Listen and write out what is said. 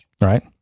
Right